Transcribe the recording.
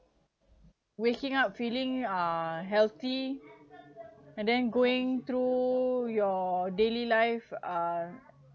waking up feeling uh healthy and then going through your daily life uh